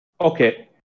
Okay